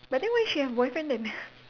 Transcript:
but then why she have a boyfriend then